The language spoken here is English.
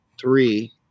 three